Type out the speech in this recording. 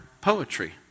poetry